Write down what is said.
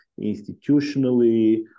institutionally